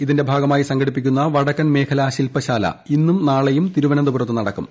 ഇതിന്റെ ഭാഗമായി സംഘടിപ്പിക്കുന്ന വടക്കൻ മേഖലാ ശിൽപശാല ഇന്നും നാളെയും തിരുവനന്തപുരത്ത് നടക്കും